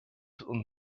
und